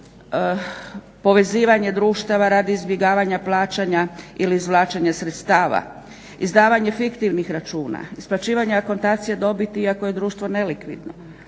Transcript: povezivanje društava radi izbjegavanja plaćanja ili izvlačenja sredstava, izdavanje fiktivnih računa, isplaćivanje akontacije dobiti iako je društvo nelikvidno,